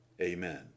Amen